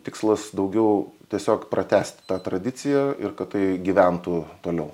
tikslas daugiau tiesiog pratęsti tą tradiciją ir kad tai gyventų toliau